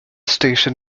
station